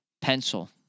Pencil